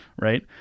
right